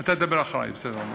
אתה תדבר אחרי, בסדר.